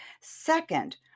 Second